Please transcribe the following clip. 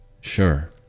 sure